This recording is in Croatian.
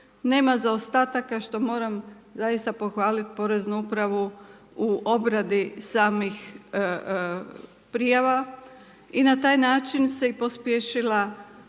nema zaostataka što moram zaista pohvaliti poreznu upravu u obradi samih prijava. I na taj način se pospješila